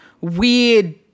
weird